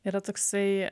yra toksai